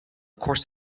course